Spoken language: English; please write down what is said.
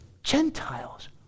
Gentiles